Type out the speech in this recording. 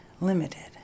limited